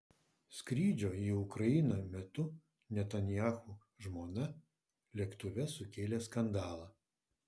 skrydžio į ukrainą metu netanyahu žmona lėktuve sukėlė skandalą